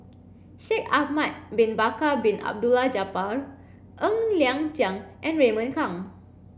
Shaikh Ahmad bin Bakar Bin Abdullah Jabbar Ng Liang Chiang and Raymond Kang